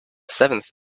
seventh